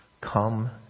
Come